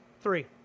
Three